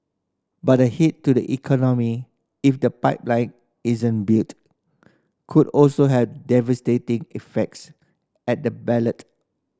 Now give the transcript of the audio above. but the hit to the economy if the pipeline isn't built could also have devastating effects at the ballot